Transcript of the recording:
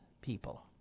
people